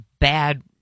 bad